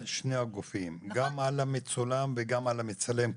שני הגופים גם על המצולם וגם על המצלם,